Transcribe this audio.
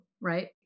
right